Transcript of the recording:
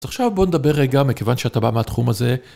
אז עכשיו בואו נדבר רגע מכיוון שאתה בא מהתחום הזה.